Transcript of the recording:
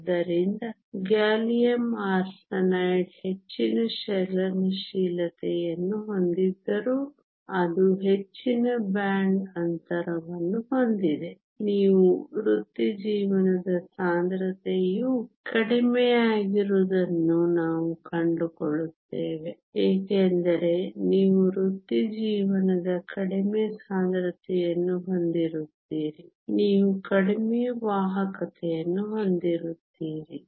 ಆದ್ದರಿಂದ gallium arsenide ಹೆಚ್ಚಿನ ಚಲನಶೀಲತೆಯನ್ನು ಹೊಂದಿದ್ದರೂ ಅದು ಹೆಚ್ಚಿನ ಬ್ಯಾಂಡ್ ಅಂತರವನ್ನು ಹೊಂದಿದೆ ನೀವು ವೃತ್ತಿಜೀವನದ ಸಾಂದ್ರತೆಯು ಕಡಿಮೆಯಾಗಿರುವುದನ್ನು ನಾವು ಕಂಡುಕೊಳ್ಳುತ್ತೇವೆ ಏಕೆಂದರೆ ನೀವು ವೃತ್ತಿಜೀವನದ ಕಡಿಮೆ ಸಾಂದ್ರತೆಯನ್ನು ಹೊಂದಿರುತ್ತೀರಿ ನೀವು ಕಡಿಮೆ ವಾಹಕತೆಯನ್ನು ಹೊಂದಿರುತ್ತೀರಿ